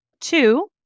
Two